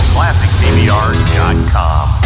ClassicTVR.com